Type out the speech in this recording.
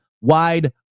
wide